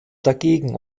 dagegen